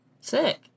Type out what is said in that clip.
Sick